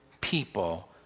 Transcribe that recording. people